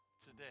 today